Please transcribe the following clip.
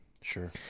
Sure